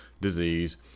disease